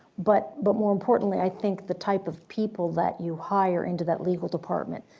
but but more importantly, i think the type of people that you hire into that legal department,